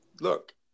Look